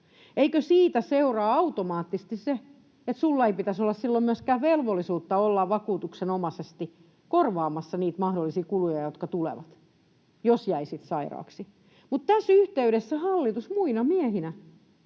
eikö siitä seuraa automaattisesti se, että sinulla ei pitäisi olla silloin myöskään velvollisuutta olla vakuutuksenomaisesti korvaamassa niitä mahdollisia kuluja, jotka tulevat, jos jäisit sairaaksi. Mutta tässä yhteydessä hallitus muina miehinä